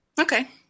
okay